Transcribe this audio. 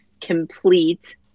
complete